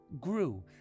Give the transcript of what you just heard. grew